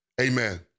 Amen